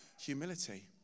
humility